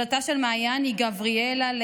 דודתה של מעיין היא גבריאלה ליימברג,